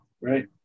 right